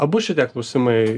abu šitie klausimai